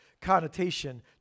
connotation